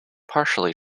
partially